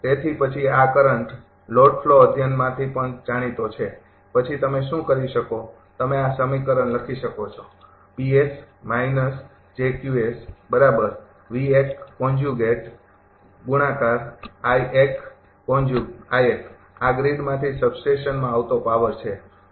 તેથી પછી આ કરંટ લોડ ફ્લો અધ્યયનમાંથી પણ જાણીતો છે પછી તમે શું કરી શકો તમે આ સમીકરણ લખી શકો છો આ ગ્રીડમાંથી સબસ્ટેશનમાં આવતો પાવર છે